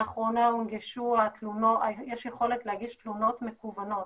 לאחרונה יש יכולת להגיש תלונות מקוונות,